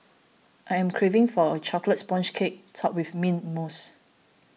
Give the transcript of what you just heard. I am craving for a Chocolate Sponge Cake Topped with Mint Mousse